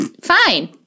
Fine